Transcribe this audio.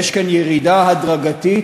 יש כאן ירידה הדרגתית